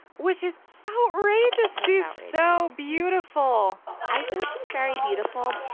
which is outrageous she's so beautiful i think she's very beautiful.